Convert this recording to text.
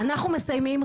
אנחנו מסיימים,